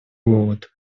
голод